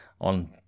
on